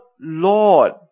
Lord